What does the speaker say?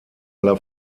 aller